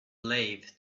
lathe